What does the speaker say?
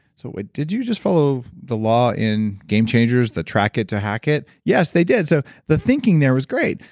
so did you just follow the law in game changers, the track it to hack it? yes, they did. so the thinking there is great.